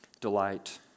delight